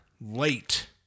late